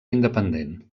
independent